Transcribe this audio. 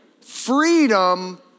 Freedom